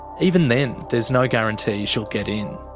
even then, there's no guarantee she'll get in.